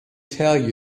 tell